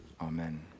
Amen